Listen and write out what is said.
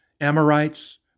Amorites